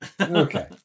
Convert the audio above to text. Okay